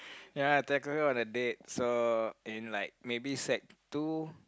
ya tackle her on the date so in like maybe sec two